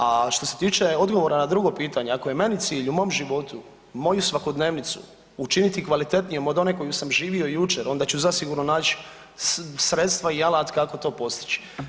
A što se tiče odgovora na drugo pitanje, ako je meni cilj u mom životu moju svakodnevnicu učiniti kvalitetnijom od one koju sam živio jučer onda ću zasigurno naći sredstva i alat kako to postići.